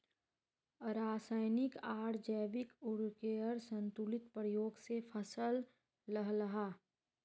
राशयानिक आर जैविक उर्वरकेर संतुलित प्रयोग से फसल लहलहा